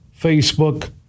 Facebook